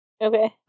Okay